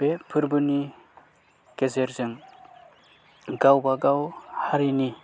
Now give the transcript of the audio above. बे फोरबोनि गेजेरजों गावबा गाव हारिनि